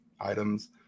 items